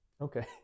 Okay